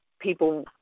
People